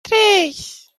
três